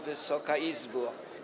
Wysoka Izbo!